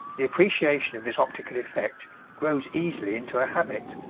the appreciation of this optical effect grows easily into a habit.